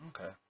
Okay